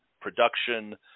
production